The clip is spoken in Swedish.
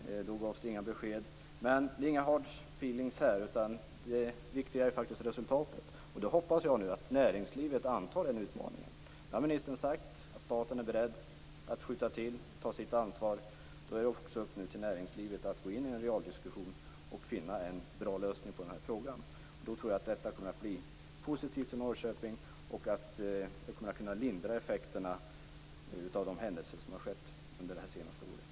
Då gavs det inga besked. Men det är inga hard feelings här. Det viktiga är resultatet. Jag hoppas att näringslivet antar utmaningen. Ministern har sagt att staten är beredd att skjuta till pengar och ta sitt ansvar. Då är det upp till näringslivet att gå in i en realdiskussion och finna en bra lösning på problemet. Jag tror att detta kommer att bli positivt för Norrköping, och att det kommer att kunna lindra effekterna av de händelser som har skett under det senaste året.